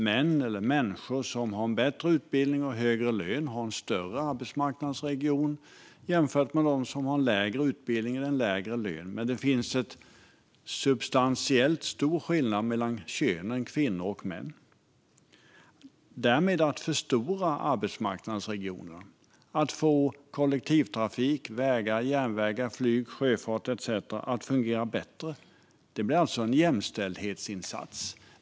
Män, eller människor som har bättre utbildning och högre lön, har större arbetsmarknadsregioner jämfört med dem som har lägre utbildning och lägre lön. Men det finns en substantiell skillnad mellan könen. Att förstora arbetsmarknadens regioner och få kollektivtrafik, vägar, järnvägar, flyg, sjöfart etcetera att fungera bättre blir alltså en jämställdhetsinsats.